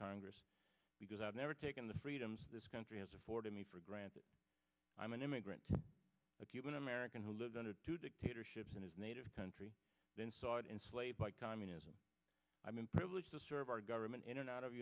congress because i've never taken the freedoms this country has afforded me for granted i'm an immigrant to a cuban american who lived under two dictatorships in his native country then sought enslaved by communism i've been privileged to serve our government in and out of